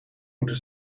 moeten